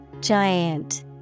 Giant